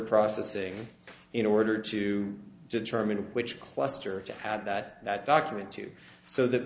processing in order to determine which cluster to have that document to so the